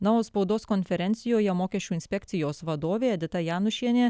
na o spaudos konferencijoje mokesčių inspekcijos vadovė edita janušienė